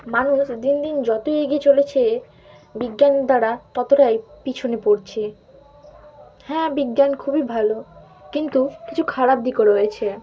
মানুষ দিন দিন যতই এগিয়ে চলেছে বিজ্ঞানের দ্বারা ততটাই পিছনে পড়ছে হ্যাঁ বিজ্ঞান খুবই ভালো কিন্তু কিছু খারাপ দিকও রয়েছে